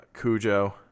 Cujo